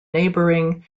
neighboring